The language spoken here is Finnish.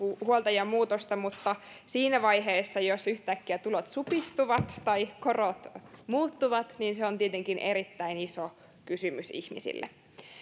huolta ja muutosta mutta siinä vaiheessa jos yhtäkkiä tulot supistuvat tai korot muuttuvat se on tietenkin erittäin iso kysymys ihmisille